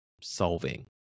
solving